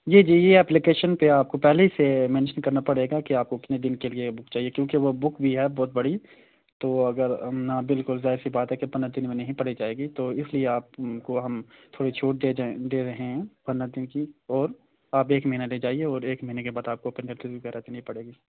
جی جی یہ اپلیکیشن پہ آپ کو پہلے ہی سے مینشن کرنا پڑے گا کہ آپ کو کتنے دن کے لیے بک چاہیے کیونکہ وہ بک بھی ہے بہت بڑی تو اگر بالکل ایسی بات ہے کہ پندرہ دن میں نہیں پڑھی جائے گی تو اس لیے آپ کو ہم تھوڑی چھوٹ دے دے رہے ہیں پندرہ دن کی اور آپ ایک مہینہ لے جائیے اور ایک مہینے کے بعد آپ کو پینلٹی وغیرہ دینی پڑے گی